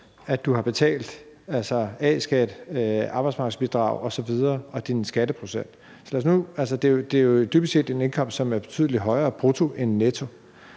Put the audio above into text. at du har betalt A-skat, arbejdsmarkedsbidrag osv. og din skatteprocent er fratrukket. Dybest set er din indkomst betydelig højere brutto end netto,